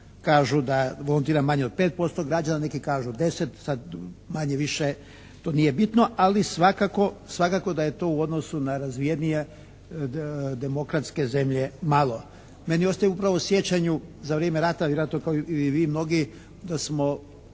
kažu da volontira manje od 5% građana, neki kažu 10, sad manje-više to nije bitno, ali svakako da je to u odnosu na razvijenije demokratske zemlje malo. Meni ostaje upravo u sjećanju za vrijeme rata, vjerojatno kao i vi mnogi smo